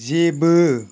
जेबो